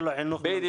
זה מה שרציתי להגיד.